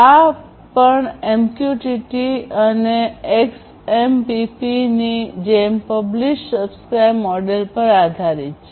આ પણ એમક્યુટીટી અને એક્સએમપીપી ની જેમ પબ્લીશ સબ્સ્ક્રાઇબ મોડેલ પર આધારિત છે